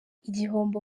igihombo